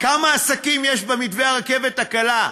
כמה עסקים יש במתווה הרכבת הקלה?